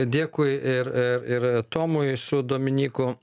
dėkui ir ir tomui su dominyku